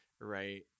right